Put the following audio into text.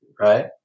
right